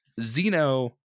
Zeno